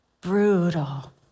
brutal